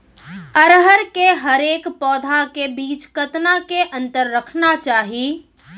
अरहर के हरेक पौधा के बीच कतना के अंतर रखना चाही?